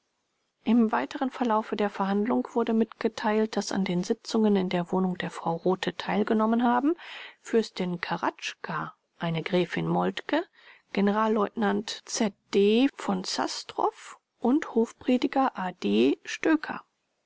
im weiteren verlaufe der verhandlung wurde mitgeteilt daß an den sitzungen in der wohnung der frau rothe teilgenommen haben fürstin karatschka eine gräfin moltke generalleutnant z d v zastrow und hofprediger a d